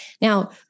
Now